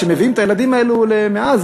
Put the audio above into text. כשמביאים את הילדים האלה מעזה,